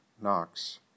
Knox